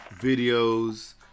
videos